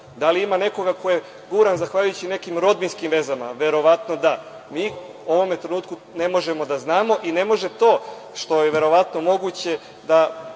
Da li ima nekoga ko je guran zahvaljujući nekim rodbinskim vezama? Verovatno, da. Mi u ovome trenutku ne možemo da znamo i ne može to što je verovatno moguće da